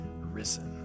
risen